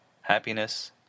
happiness